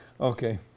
Okay